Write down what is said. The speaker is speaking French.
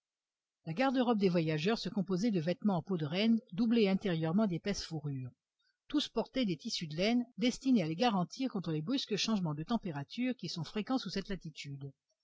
la garde-robe des voyageurs se composait de vêtements en peau de renne doublés intérieurement d'épaisses fourrures tous portaient des tissus de laine destinés à les garantir contre les brusques changements de température qui sont fréquents sous cette latitude